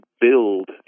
build